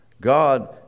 God